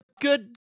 good